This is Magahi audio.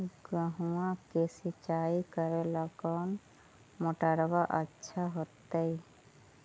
गेहुआ के सिंचाई करेला कौन मोटरबा अच्छा होतई?